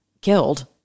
killed